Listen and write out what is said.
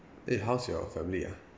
eh how's your family ah